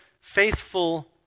faithful